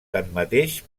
tanmateix